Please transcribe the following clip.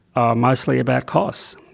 are mostly about costs.